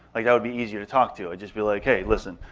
you know would be easier to talk to. i'd just be like, hey, listen,